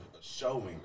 showing